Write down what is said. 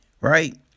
right